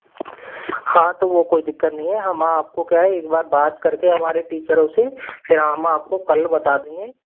हाँ तो वो कोई दिक्कत नहीं है हम आपको क्या है एक बार बात करके हमारे टीचरों से फिर हम आपको कल बता देंगे